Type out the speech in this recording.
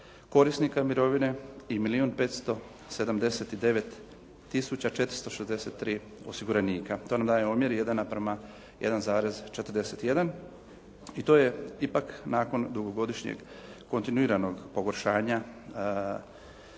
korisnika mirovine i milijun 579 tisuća 463 osiguranika, to nam daje omjer 1:1,41 i to je ipak nakon dugogodišnjeg kontinuiranog pogoršanja